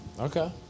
Okay